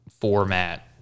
format